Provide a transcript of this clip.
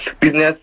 business